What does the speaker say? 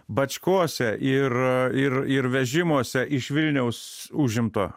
bačkose ir ir ir vežimuose iš vilniaus užimto